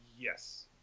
Yes